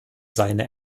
seine